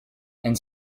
and